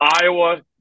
Iowa